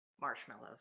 marshmallows